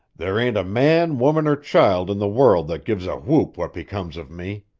there ain't a man, woman or child in the world that gives a whoop what becomes of me.